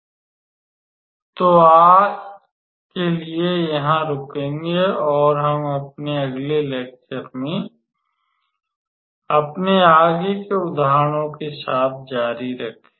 तो हम आज के लिए यहां रुकेंगे और हम अपने अगले लेक्चर में अपने आगे के उदाहरणों के साथ जारी रखेंगे